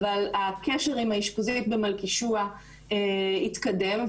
אבל הקשר עם האשפוזית במלכישוע התקדם,